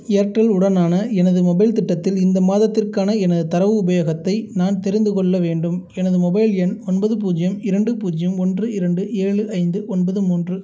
Airtel உடனான எனது mobile திட்டத்தில் இந்த மாதத்திற்கான எனது தரவு உபயோகத்தை நான் தெரிந்து கொள்ள வேண்டும் எனது மொபைல் எண் ஒன்பது பூஜ்ஜியம் இரண்டு பூஜ்ஜியம் ஒன்று இரண்டு ஏழு ஐந்து ஒன்பது மூன்று